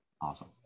Awesome